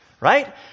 Right